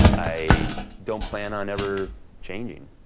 i don't plan on ever changing.